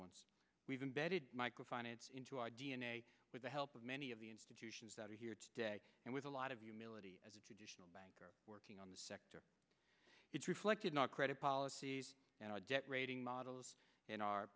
ones we've been bedded micro finance into our d n a with the help of many of the institutions that are here today and with a lot of humility as a traditional bank working on the sector it's reflected in our credit policies and our debt rating model in our